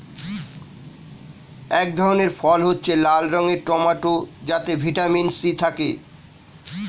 এক ধরনের ফল হচ্ছে লাল রঙের টমেটো যাতে ভিটামিন সি থাকে